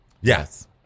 Yes